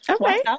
Okay